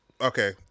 okay